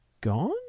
gone